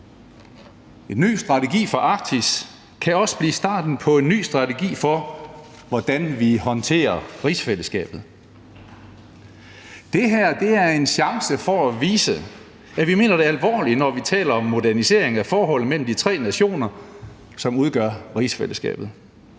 En ny strategi for Arktis kan også blive starten på en ny strategi for, hvordan vi håndterer rigsfællesskabet. Det her er en chance for at vise, at vi mener det alvorligt, når vi taler om modernisering af forholdet mellem de tre nationer, som udgør rigsfællesskabet;